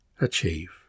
achieve